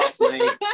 right